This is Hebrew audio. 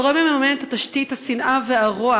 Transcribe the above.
הגורם המממן את תשתית השנאה והרוע